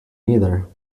neither